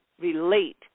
relate